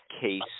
case